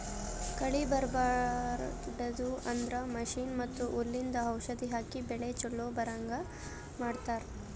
ಕಳಿ ಬರ್ಬಾಡದು ಅಂದ್ರ ಮಷೀನ್ ಮತ್ತ್ ಹುಲ್ಲಿಂದು ಔಷಧ್ ಹಾಕಿ ಬೆಳಿ ಚೊಲೋ ಬರಹಂಗ್ ಮಾಡತ್ತರ್